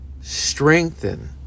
strengthen